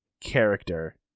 character